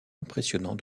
impressionnant